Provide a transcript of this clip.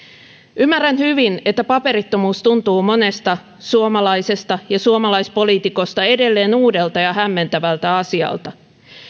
ymmärrän hyvin että paperittomuus tuntuu monesta suomalaisesta ja suomalaispoliitikosta edelleen uudelta ja hämmentävältä asialta